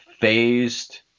phased